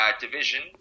division